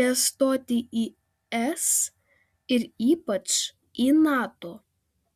nestoti į es ir ypač į nato